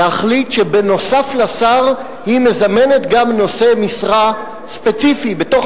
להחליט שנוסף על השר היא מזמנת גם נושא משרה ספציפי בתוך